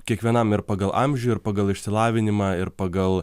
kiekvienam ir pagal amžių ir pagal išsilavinimą ir pagal